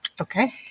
Okay